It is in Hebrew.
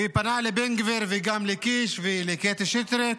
הוא פנה לבן גביר וגם לקיש וקטי שטרית